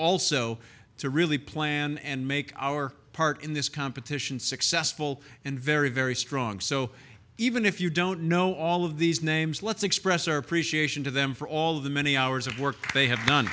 also to really plan and make our part in this competition successful and very very strong so even if you don't know all of these names let's express our appreciation to them for all of the many hours of work they have